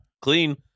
Clean